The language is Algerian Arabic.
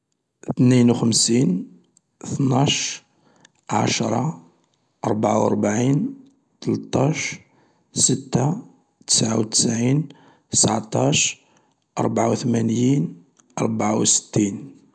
اثنين وخمسين، اثناش، عشرة، ربعوربين، ثلطاش، ستة، تسع وتسعين، صعطاش، ربعا وثمنيين، ربعة وستين.